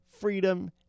freedom